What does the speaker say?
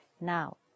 Now